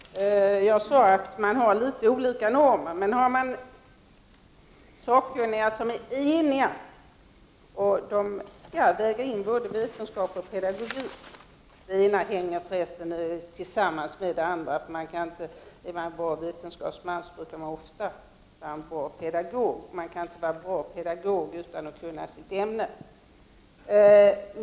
Fru talman! Jag sade att man har litet olika normer. Men här gäller det sakkunniga som är eniga. De skall väga in både vetenskap och pedagogik. Det ena hänger ihop med det andra. Är man en bra vetenskapsman är man ofta en bra pedagog. Man kan inte bli en bra pedagog utan att kunna sitt ämne.